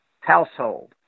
household